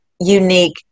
unique